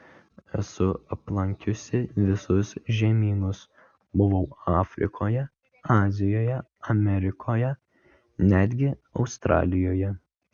esu aplankiusi visus žemynus buvau afrikoje azijoje amerikoje netgi australijoje